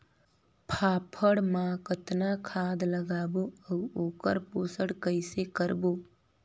फाफण मा कतना खाद लगाबो अउ ओकर पोषण कइसे करबो?